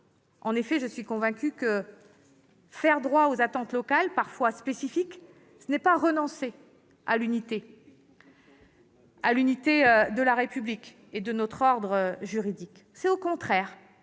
J'en suis convaincue : faire droit aux attentes locales parfois spécifiques, ce n'est pas renoncer à l'unité de la République et de notre ordre juridique. C'est, au contraire,